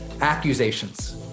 Accusations